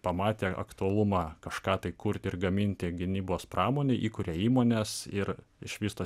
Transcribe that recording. pamatė aktualumą kažką tai kurti ir gaminti gynybos pramonei įkuria įmones ir išvysto